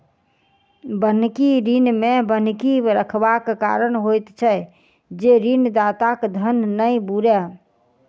बन्हकी ऋण मे बन्हकी रखबाक कारण होइत छै जे ऋणदाताक धन नै बूड़य